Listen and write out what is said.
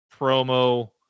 promo